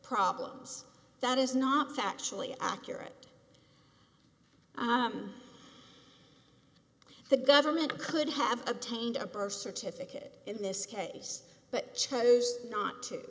problems that is not factually accurate the government could have obtained a birth certificate in this case but chose not